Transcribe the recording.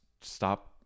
stop